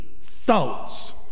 thoughts